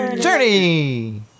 Journey